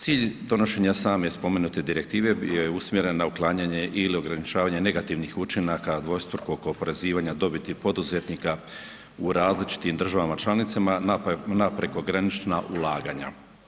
Cilj donošenja same spomenute direktive je usmjeren na uklanjanje ili ograničavanje negativnih učinaka dvostrukog oporezivanja dobiti poduzetnika u različitim državama članicama na prekogranična ulaganja.